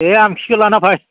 दे आमोखिखौ लाना फै